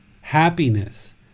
happiness